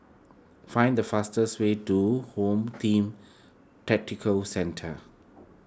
find the fastest way to Home Team Tactical Centre